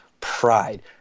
Pride